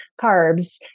carbs